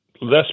less